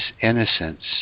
innocence